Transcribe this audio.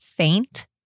Faint